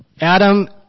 Adam